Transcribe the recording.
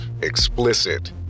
explicit